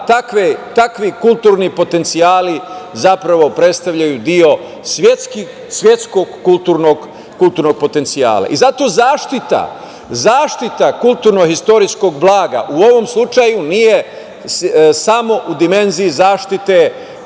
takvi kulturni potencijali zapravo predstavljaju deo svetskog kulturnog potencijala. Zato zaštita kulturno-istorijskog blaga u ovom slučaju nije samo u dimenziji zaštite kulturno-istorijskog